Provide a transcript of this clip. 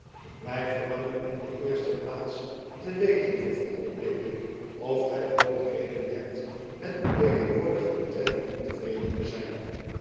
wij verlangen in de eerste plaats te weten vervolgde pickwick of gij ook redenen hebt met uw tegen woordige betrekking ontevreden te zijn